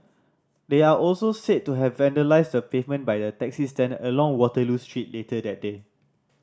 they are also said to have vandalised the pavement by a taxi stand along Waterloo Street later that day